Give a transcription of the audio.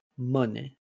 money